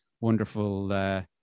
wonderful